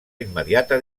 immediata